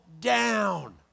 down